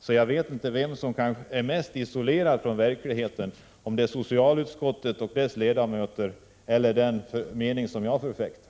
Så jag vet inte vad som är mest isolerat från verkligheten, om det är socialutskottets ledamöter eller den mening som jag förfäktar.